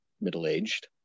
middle-aged